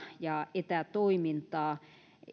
ja etätoimintaa